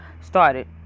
started